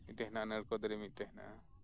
ᱢᱤᱴᱮᱱ ᱢᱮᱱᱟᱜᱼᱟ ᱱᱟᱲᱠᱳᱞ ᱫᱟᱨᱮ ᱢᱤᱫᱴᱮᱱ ᱢᱮᱱᱟᱜᱼᱟ